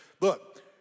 Look